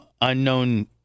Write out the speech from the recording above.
unknown